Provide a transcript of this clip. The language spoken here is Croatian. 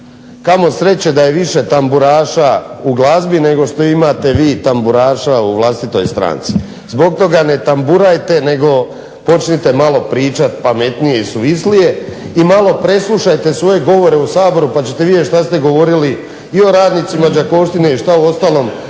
kamo sreće da je više tamburaša u glazbi nego što imate vi tamburaša u vlastitoj stranci, zbog toga ne tamburajte nego počnite malo pričati pametnije i suvislije, i malo preslušajte svoje govore u Saboru pa ćete vidjeti što ste govorili i o radnicima Đakovštine i što o ostalom